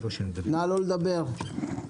שלום לכולם,